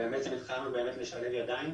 באמת התחלנו לשלב ידיים.